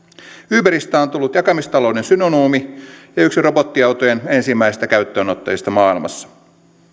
uberista on tullut jakamistalouden synonyymi ja yksi robottiautojen ensimmäisistä käyttöönottajista maailmassa